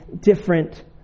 different